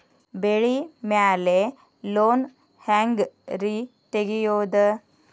ಬೆಳಿ ಮ್ಯಾಲೆ ಲೋನ್ ಹ್ಯಾಂಗ್ ರಿ ತೆಗಿಯೋದ?